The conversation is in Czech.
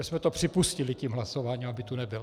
Že jsme to připustili tím hlasováním, aby tu nebyl.